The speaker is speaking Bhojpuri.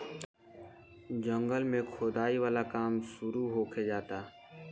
जंगल में खोदाई वाला काम शुरू होखे जाता